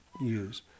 use